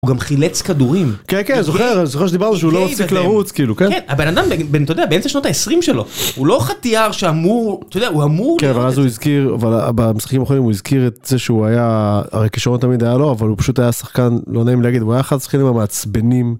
הוא גם חילץ כדורים. כן, כן, זוכר, זוכר שדיברנו שהוא לא הפסיק לרוץ, כאילו, כן? כן, הבן אדם, אתה יודע, באמצע שנות ה-20 שלו, הוא לא חתיאר שאמור, אתה יודע, הוא אמור... כן, ואז הוא הזכיר, אבל במשחקים האחרונים הוא הזכיר את זה שהוא היה, הרי כשרון תמיד היה לו, אבל הוא פשוט היה שחקן לא נעים להגיד, הוא היה אחד השחקנים המעצבנים.